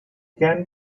can